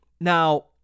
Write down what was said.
Now